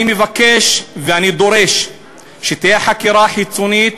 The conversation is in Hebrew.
אני מבקש ואני דורש שתהיה חקירה חיצונית,